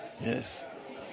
Yes